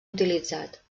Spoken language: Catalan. utilitzat